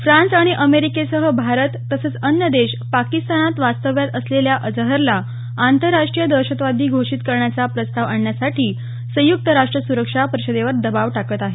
France आणि अमेरिकेसह भारत तसंच अन्य देश पाकिस्तानात वास्तव्यास असलेल्या अजहरला आंतरराष्ट्रीय दहशतवादी घोषित करण्याचा प्रस्वात आणण्यासाठी संयुक्त राष्ट्र सुरक्षा परिषदेवर दबाव टाकत आले आहेत